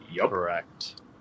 correct